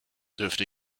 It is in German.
dürfte